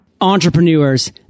Entrepreneurs